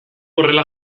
horrela